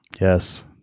Yes